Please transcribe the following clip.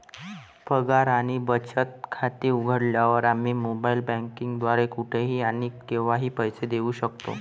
पगार आणि बचत खाते उघडल्यावर, आम्ही मोबाइल बँकिंग द्वारे कुठेही आणि केव्हाही पैसे देऊ शकतो